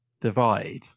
divide